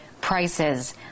prices